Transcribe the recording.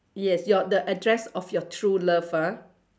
yes your the address of your true love ah